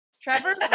Trevor